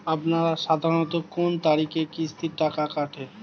আপনারা সাধারণত কোন কোন তারিখে কিস্তির টাকা কাটে?